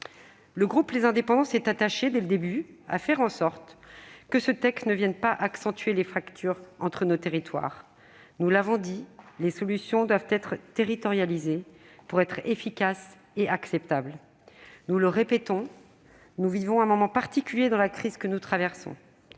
Territoires s'est attaché, dès le début, à faire en sorte que ce texte ne vienne pas accentuer les fractures entre nos territoires. Nous l'avons dit, les solutions doivent être territorialisées pour être efficaces et acceptables. Nous le répétons, nous vivons un moment particulier dans la crise que nous traversons.